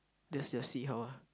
just just see how ah